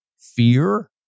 fear